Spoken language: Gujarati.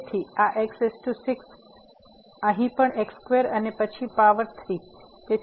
તેથી આ x6 તેથી અહીંથી પણ x2 અને પછી પાવર 3